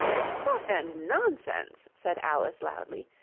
stuff and nonsense said alice loudly.